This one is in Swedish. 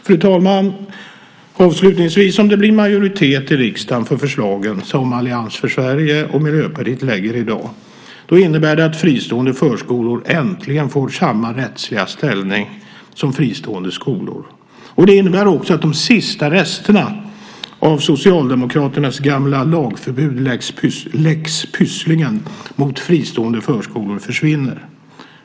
Avslutningsvis, fru talman: Om det blir majoritet i riksdagen för de förslag som Allians för Sverige och Miljöpartiet i dag lägger fram innebär det att fristående förskolor äntligen får samma rättsliga ställning som fristående skolor. Det innebär också att de sista resterna av Socialdemokraternas gamla lagförbud lex Pysslingen mot fristående förskolor försvinner.